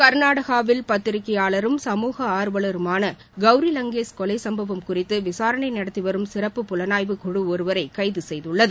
கர்நாடகாவில் பத்திரிகையாளரும் சமூக ஆர்வலருமான கவுரி லங்கேஷ் கொலைச் சும்பவம் குறித்து விசாரணை நடத்தி வரும் சிறப்பு புலானய்வுக்குழு ஒருவரை கைது செய்துள்ளது